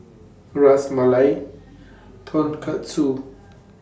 Ras Malai Tonkatsu